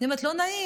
אני אומרת: לא נעים,